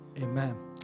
amen